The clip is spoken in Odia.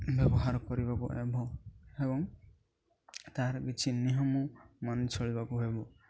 ବ୍ୟବହାର କରିବାକୁ ହେବ ଏବଂ ତା'ର କିଛି ନିୟମ ମାନି ଚଳିବାକୁ ହେବ